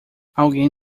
alguém